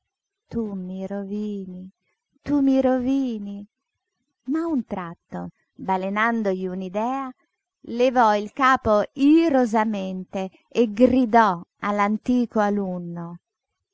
tu mi rovini tu mi rovini ma a un tratto balenandogli un'idea levò il capo irosamente e gridò all'antico alunno